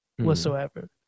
whatsoever